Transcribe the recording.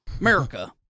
America